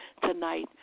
tonight